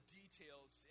details